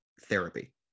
therapy